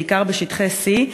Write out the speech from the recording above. בעיקר בשטחי C,